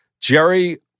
Jerry